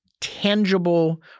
tangible